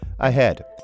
Ahead